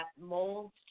molds